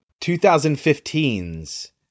2015's